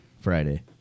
Friday